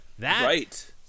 Right